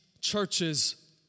churches